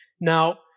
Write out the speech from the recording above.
Now